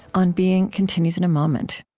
on being continues in a moment